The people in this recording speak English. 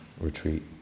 retreat